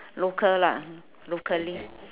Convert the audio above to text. local lah locally